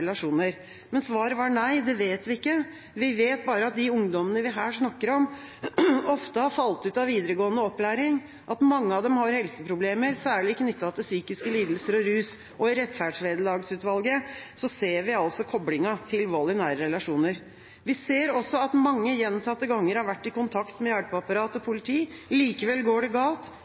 relasjoner. Svaret var nei, det vet vi ikke, vi vet bare at de ungdommene vi her snakker om, ofte har falt ut av videregående opplæring, at mange av dem har helseproblemer, særlig knyttet til psykiske lidelser og rus. I rettferdsvederlagsutvalget ser vi altså koblinga til vold i nære relasjoner. Vi ser også at mange gjentatte ganger har vært i kontakt med hjelpeapparat og politi. Likevel går det galt.